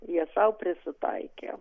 jie sau prisitaikė